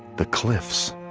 the cliffs.